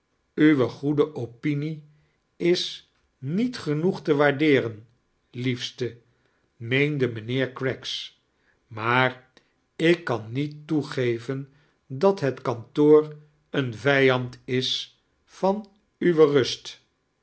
uwie goede opinie is niet genoeg te waardeeren liefste meemde mijnbeer craggs maar ik kan niet toegeven dat het kantoor een vijand is van uwe rust